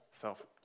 self